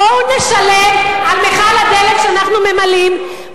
בואו נשלם על מכל הדלק שאנחנו ממלאים,